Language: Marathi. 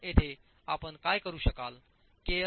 म्हणून येथे आपण काय करू शकालके